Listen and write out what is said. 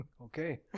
Okay